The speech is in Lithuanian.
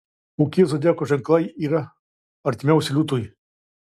kokie zodiako ženklai yra artimiausi liūtui